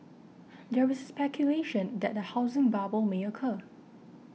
there is speculation that a housing bubble may occur